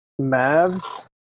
Mavs